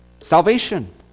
salvation